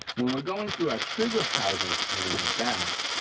when we're going through our trigger housing pin in the back,